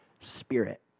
spirit